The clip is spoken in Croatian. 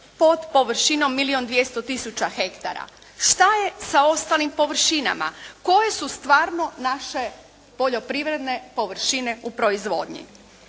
pod površinom milijun 200 tisuća hektara. Šta je sa ostalim površinama? Koje su stvarno naše poljoprivredne površine u proizvodnji?